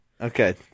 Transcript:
Okay